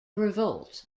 revolt